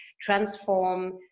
transform